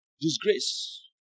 Disgrace